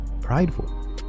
prideful